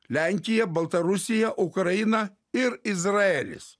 lenkija baltarusija ukraina ir izraelis